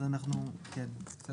אז אנחנו כן, נמחק.